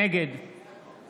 נגד